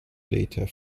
later